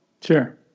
Sure